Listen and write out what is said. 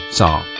song